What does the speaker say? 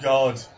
God